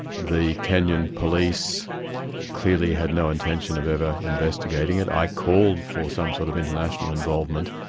the kenyan police clearly had no intention of ever investigating it. i called for some sort of international involvement,